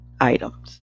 items